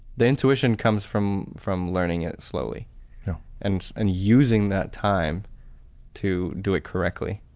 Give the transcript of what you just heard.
the intuition comes from from learning it slowly and and using that time to do it correctly.